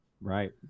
Right